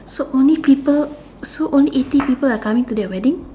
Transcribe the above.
so only people so only eighty people are coming to that wedding